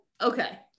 okay